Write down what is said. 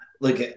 look